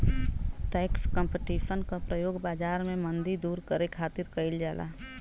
tax competition क प्रयोग बाजार में मंदी दूर करे खातिर कइल जाला